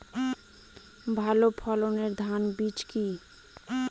ভালো ফলনের ধান বীজ কি?